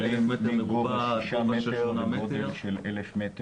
מגובה שישה מטרים וגודל של 1,000 מטר מרובע.